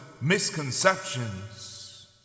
misconceptions